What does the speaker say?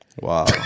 Wow